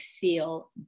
feel